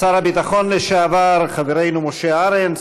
שר הביטחון לשעבר חברנו משה ארנס,